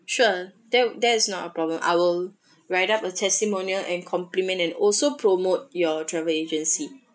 sure that that's not a problem I will write up a testimonial and compliment and also promote your travel agency